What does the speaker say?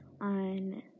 on